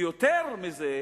ויותר מזה,